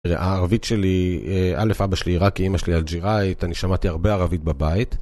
הערבית שלי, א', אבא שלי עיראקי, אמא שלי אלג'יראית, אני שמעתי הרבה ערבית בבית.